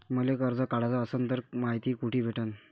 मले कर्ज काढाच असनं तर मायती कुठ भेटनं?